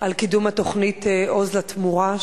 על קידום התוכנית "עוז לתמורה",